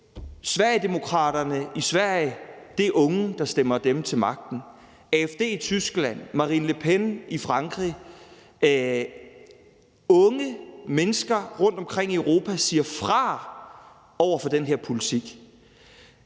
Sverigedemokraterne i Sverige er det unge, der stemmer dem til magten. Vi ser det også i forhold til AfD i Tyskland og Marine le Pen i Frankrig. Unge mennesker rundtomkring Europa siger fra over for den her politik.